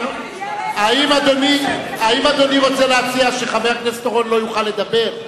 האם אדוני רוצה להציע שחבר הכנסת אורון לא יוכל לדבר?